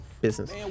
Business